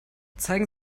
zeigen